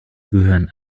gehören